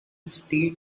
steel